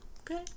Okay